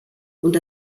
und